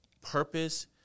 purpose